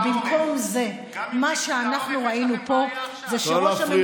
ובמקום זה מה שאנחנו ראינו פה זה שראש הממשלה,